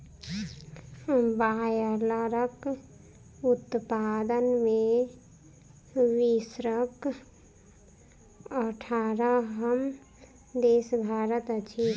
बायलरक उत्पादन मे विश्वक अठारहम देश भारत अछि